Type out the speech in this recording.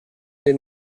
den